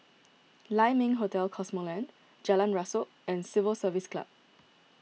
Lai Ming Hotel Cosmoland Jalan Rasok and Civil Service Club